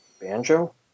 Banjo